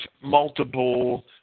multiple